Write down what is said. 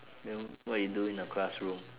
then what you do in the class room